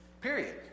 Period